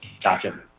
Gotcha